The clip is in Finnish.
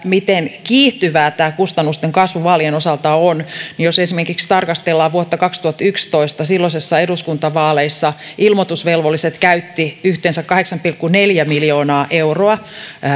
miten kiihtyvää tämä kustannusten kasvu vaalien osalta on niin jos esimerkiksi tarkastellaan vuotta kaksituhattayksitoista silloisissa eduskuntavaaleissa ilmoitusvelvolliset käyttivät yhteensä kahdeksan pilkku neljä miljoonaa euroa